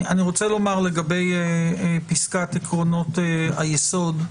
לגבי פסקת עקרונות היסוד,